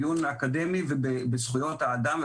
דיון אקדמי וזכויות אדם,